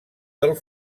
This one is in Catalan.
del